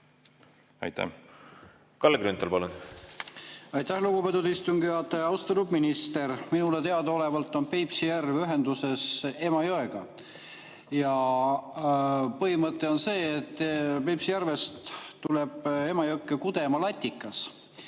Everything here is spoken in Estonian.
palun! Kalle Grünthal, palun! Aitäh, lugupeetud istungi juhataja! Austatud minister! Minule teadaolevalt on Peipsi järv ühenduses Emajõega. Ja põhimõte on see, et Peipsi järvest tuleb Emajõkke kudema latikas.